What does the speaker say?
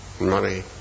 money